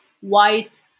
white